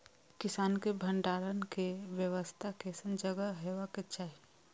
फसल के भंडारण के व्यवस्था केसन जगह हेबाक चाही?